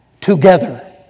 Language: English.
together